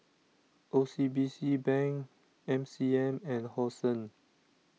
O C B C Bank M C M and Hosen